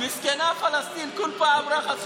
מסכנה פלסטין, כל פעם ראחת פלסטין.